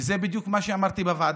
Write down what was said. וזה בדיוק מה שאמרתי בוועדה.